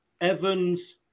Evans